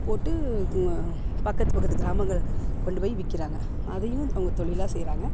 போட்டு பக்கத்து பக்கத்து கிராமங்களில் கொண்டு போய் விற்கிறாங்க அதையும் அவங்க தொழிலாக செய்கிறாங்க